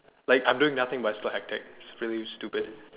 like I'm doing nothing but still hectic it's really stupid